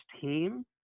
team